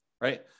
right